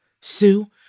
Sue